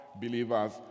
believers